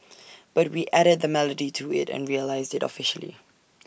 but we added the melody to IT and released IT officially